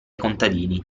contadini